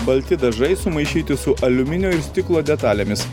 balti dažai sumaišyti su aliuminio ir stiklo detalėmis